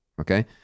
Okay